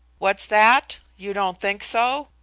what's that? you don't think so?